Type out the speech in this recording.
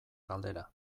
galdera